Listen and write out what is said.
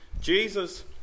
Jesus